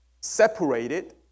separated